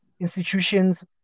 institutions